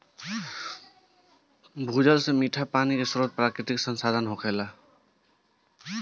भूजल से मीठ पानी के स्रोत प्राकृतिक संसाधन होखेला